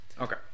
okay